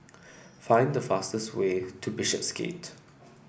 find the fastest way to Bishopsgate